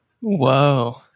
Whoa